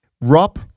rob